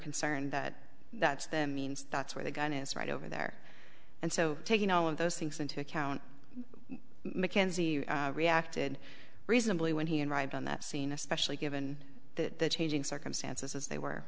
concerned that that's them means that's where the gun is right over there and so taking all of those things into account mackenzie reacted reasonably when he unripe on that scene especially given that the changing circumstances as they